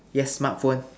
yes smart phone